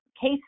case